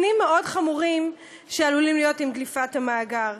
חמורים מאוד שעלולים להיות עם דליפת המאגר.